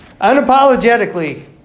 Unapologetically